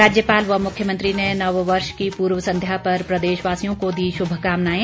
राज्यपाल व मुख्यमंत्री ने नववर्ष की पूर्वसंध्या पर प्रदेशवासियों को दी शुभकामनाएं